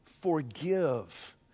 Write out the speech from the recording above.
forgive